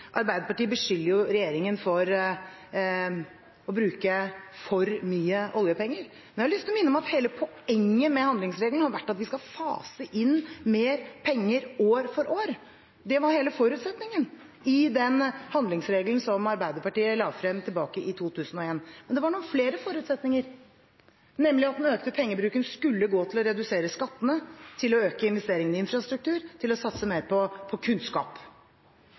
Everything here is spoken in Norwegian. Arbeiderpartiet beskylder regjeringen for å bruke for mye oljepenger. Jeg har lyst til å minne om at hele poenget med handlingsregelen har vært at vi skal fase inn mer penger år for år. Det var hele forutsetningen i den handlingsregelen som Arbeiderpartiet la frem tilbake i 2001. Men det var noen flere forutsetninger, nemlig at den økte pengebruken skulle gå til å redusere skattene, til å øke investeringene i infrastruktur, til å satse mer på kunnskap. Når på